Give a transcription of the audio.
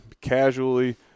casually